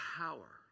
power